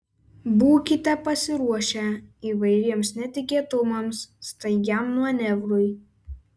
būkite pasiruošę įvairiems netikėtumams staigiam manevrui